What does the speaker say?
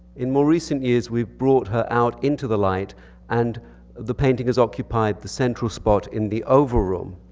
in more recent years we brought her out into the light and the painting has occupied the central spot in the oval room.